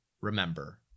remember